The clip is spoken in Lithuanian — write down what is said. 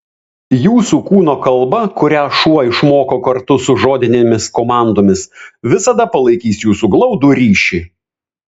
jūsų kūno kalba kurią šuo išmoko kartu su žodinėmis komandomis visada palaikys jūsų glaudų ryšį